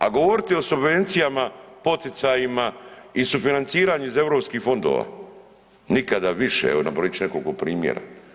A govoriti o subvencijama, poticajima i sufinanciranju iz europskih fondova, nikada više, evo nabrojit ću nekoliko primjera.